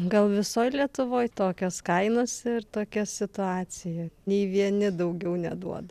gal visoj lietuvoj tokios kainos ir tokia situacija nei vieni daugiau neduoda